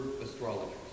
astrologers